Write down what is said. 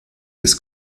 des